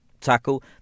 tackle